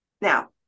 Now